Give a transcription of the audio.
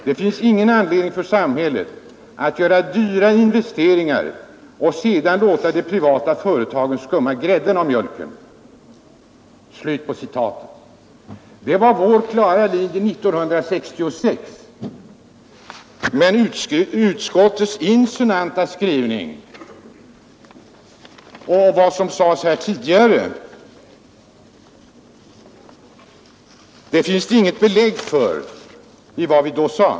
Det finns ingen anledning för samhället att göra de dyra investeringarna och sedan låte de privata företagen skumma grädden av mjölken.” Det var vår klara linje 1966. För utskottets insinuanta skrivning och för vad som nyss sades om vår tidigare inställning finns det inget belägg.